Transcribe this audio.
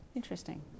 Interesting